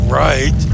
right